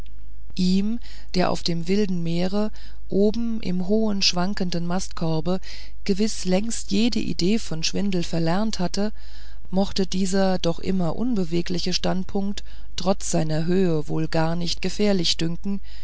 ihm der auf dem wilden meere oben im hohen schwankenden mastkorbe gewiß längst jede idee von schwindel verlernt hatte mochte dieser doch immer unbewegliche standpunkt trotz seiner höhe wohl gar nicht gefährlich dünken